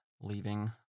leaving